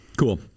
Cool